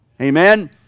Amen